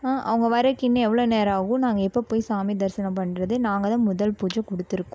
அவங்க வரக்கு இன்னும் எவ்வளோ நேரம் ஆகும் நாங்க எப்போ போய் சாமி தரிசனம் பண்ணுறது நாங்கள் தான் முதல் பூஜை கொடுத்துருக்கோம்